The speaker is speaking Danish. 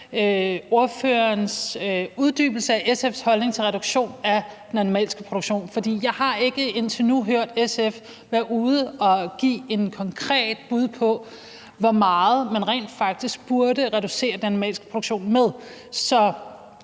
ordførerens uddybelse af SF's holdning til reduktion af den animalske produktion. For jeg har indtil nu ikke hørt SF være ude og give et konkret bud på, hvor meget man rent faktisk burde reducere den animalske produktion med.